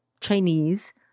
Chinese